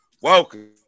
Welcome